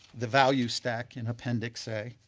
the value stack in appendix a.